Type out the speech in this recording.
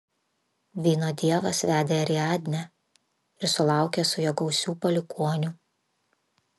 vyno dievas vedė ariadnę ir sulaukė su ja gausių palikuonių